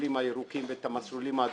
המסלולים הירוקים ואת המסלולים האדומים,